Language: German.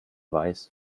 weiß